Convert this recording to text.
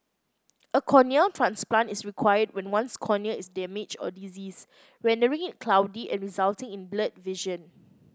a corneal transplant is required when one's cornea is damaged or diseased rendering it cloudy and resulting in blurred vision